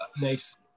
Nice